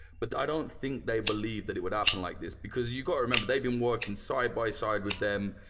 but i don't think they believed that it would happen like this because you've got to remember, they'd been working side by side with them.